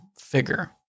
figure